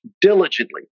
diligently